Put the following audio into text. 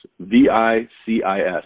V-I-C-I-S